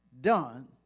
done